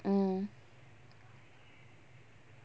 mm